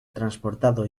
transportado